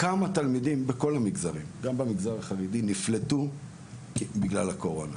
כמה תלמידים בכל המגזרים גם במגזר החרדי נפלטו בגלל הקורונה?